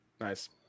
Nice